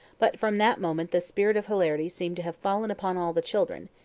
but from that moment the spirit of hilarity seemed to have fallen upon all the children,